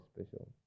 special